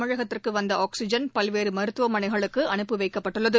தமிழகத்திற்கு வந்த ஆக்சிஜன் பல்வேறு மருத்துவமனைகளுக்கு அனுப்பி எவக்கப்பட்டுள்ளது